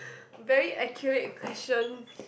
very accurate question